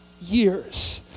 years